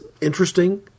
interesting